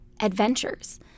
adventures